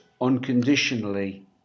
unconditionally